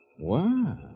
Wow